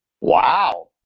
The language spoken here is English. Wow